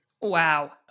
Wow